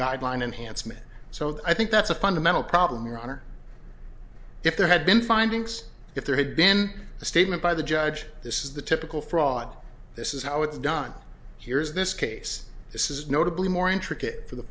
guideline enhancement so i think that's a fundamental problem roger if there had been findings if there had been a statement by the judge this is the typical fraud this is how it's done here's this case this is notably more intricate for the